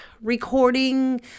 recording